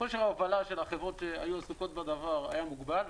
כושר ההובלה של החברות שהיו עסוקות בדבר היה מוגבל,